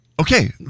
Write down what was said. Okay